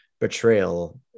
betrayal